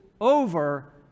over